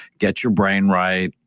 get your brain right.